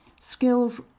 Skills